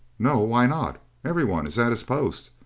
no? why not? everyone is at his post!